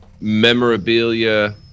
memorabilia